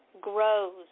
grows